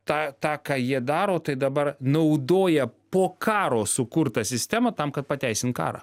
tą tą ką jie daro tai dabar naudoja po karo sukurtą sistemą tam kad pateisint karą